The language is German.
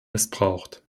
missbraucht